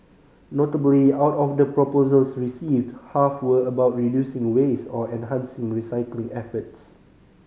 notably out of the proposals received half were about reducing waste or enhancing recycling efforts